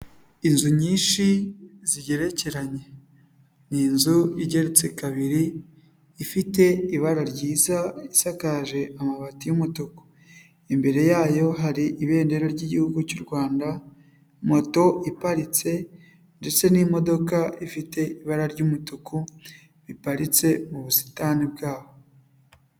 Inzu nyinshi zigerekeranye. Ni inzu igeretse kabiri, ifite ibara ryiza isakaje amabati y'umutuku. Imbere yayo hari ibendera ry'igihugu cy'u Rwanda, moto iparitse ndetse n'imodoka ifite ibara ry'umutuku, biparitse mu busitani bwaho.